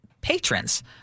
patrons